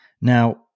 Now